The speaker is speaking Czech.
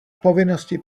povinnosti